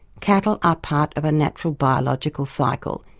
cattle are part of a natural biological cycle.